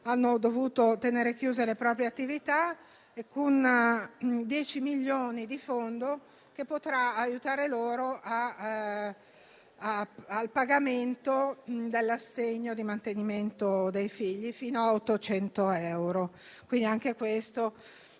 hanno dovuto tenere chiuse le proprie attività; un Fondo di 10 milioni di euro potrà aiutare loro al pagamento dell'assegno di mantenimento dei figli fino a 800 euro. Anche questo